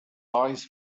eyes